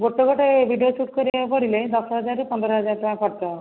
ଗୋଟେ ଗୋଟେ ଏଇ ଭିଡ଼ିଓ ସୁଟ୍ କରିବାକୁ ପଡ଼ିଲେ ଦଶ ହଜାରରୁ ପନ୍ଦର ହଜାର ଟଙ୍କା ଖର୍ଚ୍ଚ ହେବ